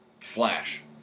Flash